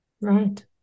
Right